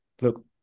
look